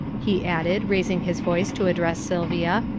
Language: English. he added, raising his voice to address sylvia,